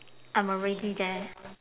I'm already there